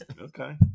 Okay